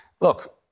look